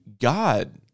God